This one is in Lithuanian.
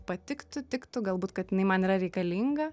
patiktų tiktų galbūt kad jinai man yra reikalinga